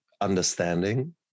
understanding